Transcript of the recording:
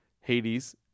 Hades